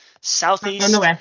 southeast